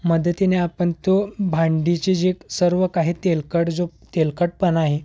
मदतीने आपण तो भांडीचे जे सर्व काही तेलकट जो तेलकटपणा आहे